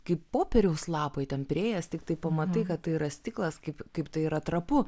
kaip popieriaus lapai ten priėjęs tiktai pamatai kad tai yra stiklas kaip kaip tai yra trapu